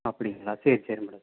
அப்படிங்களா சரி சரி மேடம்